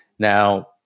Now